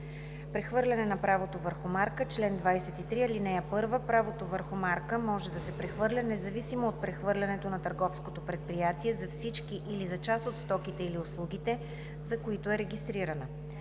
„Прехвърляне на правото върху марка Чл. 23. (1) Правото върху марка може да се прехвърля независимо от прехвърлянето на търговското предприятие за всички или за част от стоките или услугите, за които е регистрирана.